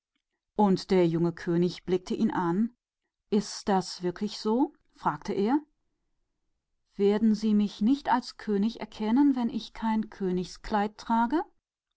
und der junge könig sah ihn an ist es so wirklich fragte er werden sie mich nicht als könig kennen wenn ich nicht eines königs kleidung trage